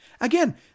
Again